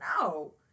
no